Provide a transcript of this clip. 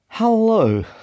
Hello